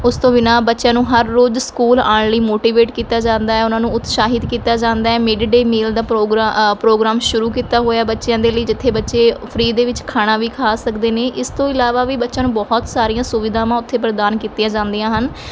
ਉਸ ਤੋਂ ਬਿਨਾਂ ਬੱਚਿਆਂ ਨੂੰ ਹਰ ਰੋਜ਼ ਸਕੂਲ ਆਉਣ ਲਈ ਮੋਟੀਵੇਟ ਕੀਤਾ ਜਾਂਦਾ ਹੈ ਉਹਨਾਂ ਨੂੰ ਉਤਸ਼ਾਹਿਤ ਕੀਤਾ ਜਾਂਦਾ ਹੈ ਮਿਡ ਡੇ ਮੀਲ ਦਾ ਪ੍ਰੋਗਰ ਪ੍ਰੋਗਰਾਮ ਸ਼ੁਰੂ ਕੀਤਾ ਹੋਇਆ ਬੱਚਿਆਂ ਦੇ ਲਈ ਜਿੱਥੇ ਬੱਚੇ ਫਰੀ ਦੇ ਵਿੱਚ ਖਾਣਾ ਵੀ ਖਾ ਸਕਦੇ ਨੇ ਇਸ ਤੋਂ ਇਲਾਵਾ ਵੀ ਬੱਚਿਆਂ ਨੂੰ ਬਹੁਤ ਸਾਰੀਆਂ ਸੁਵਿਧਾਵਾਂ ਉੱਥੇ ਪ੍ਰਦਾਨ ਕੀਤੀਆਂ ਜਾਂਦੀਆਂ ਹਨ